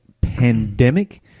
pandemic